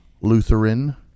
Lutheran